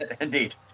indeed